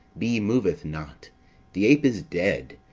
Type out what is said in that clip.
be moveth not the ape is dead,